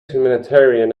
humanitarian